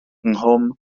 nghwm